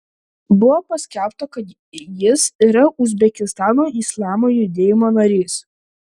buvo paskelbta kad jis yra uzbekistano islamo judėjimo narys